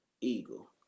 eagle